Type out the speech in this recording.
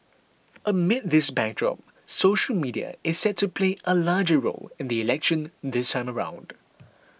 amid this backdrop social media is set to play a larger role in the election this time around